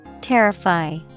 Terrify